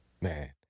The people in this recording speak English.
Man